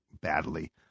badly